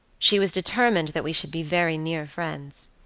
she was determined that we should be very near friends.